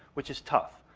which is tough,